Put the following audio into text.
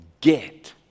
get